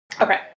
Okay